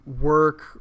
work